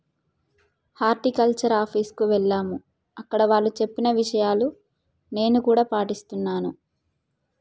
horticulture office కు ఎల్లాము అక్కడ వాళ్ళు చెప్పిన విషయాలు నేను కూడా పాటిస్తున్నాను